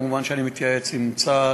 מובן שאני מתייעץ עם צה"ל,